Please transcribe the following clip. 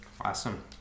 Awesome